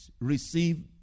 receive